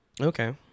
Okay